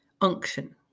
Unction